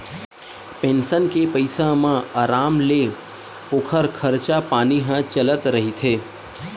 pension के पइसा म अराम ले ओखर खरचा पानी ह चलत रहिथे